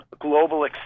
global